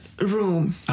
room